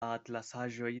atlasaĵoj